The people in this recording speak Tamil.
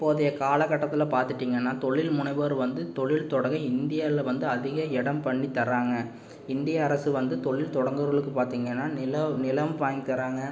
இப்போதைய காலகட்டத்தில் பார்த்துட்டிங்கனா தொழில் முனைவோர் வந்து தொழில் தொடங்க இந்தியாவில வந்து அதிக இடம் பண்ணி தராங்கள் இந்திய அரசு வந்து தொழில் தொடங்குபவர்களுக்கு பார்த்திங்கன்னா நிலம் வாங்கி தராங்க